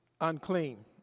unclean